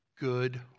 Good